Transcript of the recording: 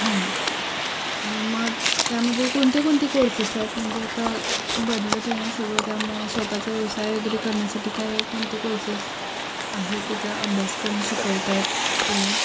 हां मग त्यामध्ये कोणते कोणते कोर्सेस आहेत म्हणजे आता बदलत आहे ना सगळं त्या मग स्वतःचा व्यवसाय वगैरे करण्यासाठी काय कोणते कोर्सेस आहेत तिथं अभ्यासक्रम शिकवत आहेत तुम्ही